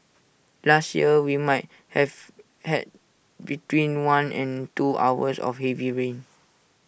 last year we might have had between one and two hours of heavy rain